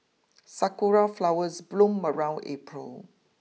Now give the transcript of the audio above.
sakura flowers bloom around April